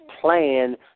plan